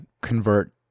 convert